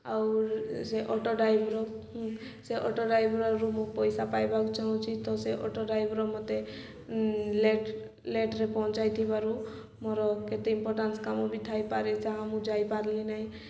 ଆଉ ସେ auto driver ସେ ଅଟୋ ଡ୍ରାଇଭର୍ରୁ ମୁଁ ପଇସା ପାଇବାକୁ ଚାହୁଁଛି ତ ସେ ଅଟୋ ଡ୍ରାଇଭର୍ ମୋତେ ଲେଟ୍ ଲେଟ୍ରେ ପହଞ୍ଚାଇ ଥିବାରୁ ମୋର କେତେ ଇମ୍ପୋଟାନ୍ସ କାମ ବି ଥାଇପାରେ ଯାହା ମୁଁ ଯାଇପାରିଲି ନାହିଁ